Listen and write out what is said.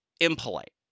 impolite